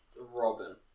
Robin